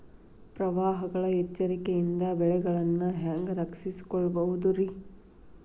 ಪ್ರವಾಹಗಳ ಎಚ್ಚರಿಕೆಯಿಂದ ಬೆಳೆಗಳನ್ನ ಹ್ಯಾಂಗ ರಕ್ಷಿಸಿಕೊಳ್ಳಬಹುದುರೇ?